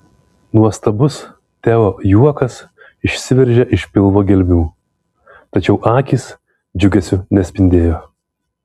nuostabus teo juokas išsiveržė iš pilvo gelmių tačiau akys džiugesiu nespindėjo